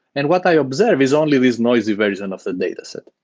and what i observe is only this noisy version of the dataset.